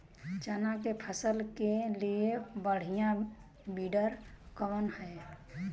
चना के फसल के लिए बढ़ियां विडर कवन ह?